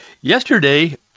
yesterday